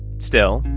still,